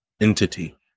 entity